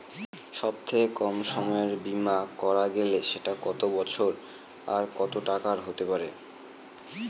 সব থেকে কম সময়ের বীমা করা গেলে সেটা কত বছর আর কত টাকার হতে পারে?